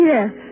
Yes